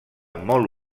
molt